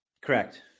Correct